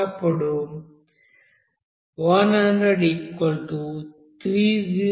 అప్పుడు 100302500100x5x4